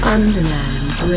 Underland